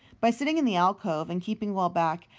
by sitting in the alcove, and keeping well back,